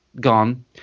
gone